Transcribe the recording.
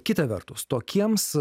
kita vertus tokiems